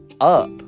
up